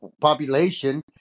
population